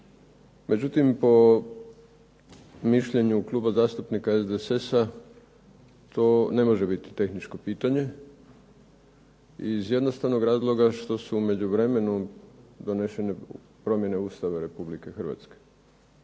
Međutim, po mišljenju Kluba zastupnika SDSS-a, to ne može biti tehničko pitanje iz jednostavno razloga što su u međuvremenu donešene promjene Ustava Republike Hrvatske.